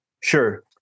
Sure